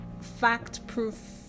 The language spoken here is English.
fact-proof